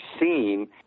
seen